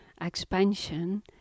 expansion